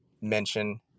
mention